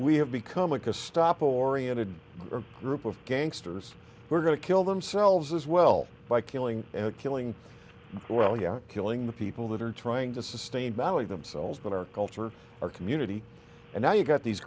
we have become like a stopper oriented group of gangsters we're going to kill themselves as well by killing and killing well you are killing the people that are trying to sustain value themselves in our culture our community and now you've got these